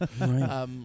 Right